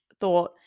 thought